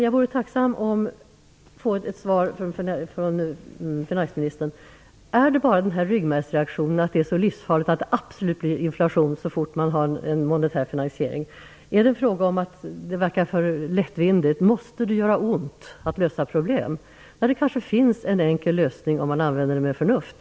Jag vore tacksam att få ett svar från finansministern på frågan om det bara är en ryggmärgsreaktion att det är så livsfarligt att det absolut blir inflation så fort man har en monetär finansiering? Verkar detta för lättvindigt? Måste det göra ont att lösa problem när det kanske finns en enkel lösning om man använder den med förnuft?